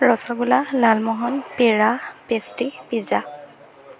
ৰসগোল্লা লালমোহন পেৰা pastry pizza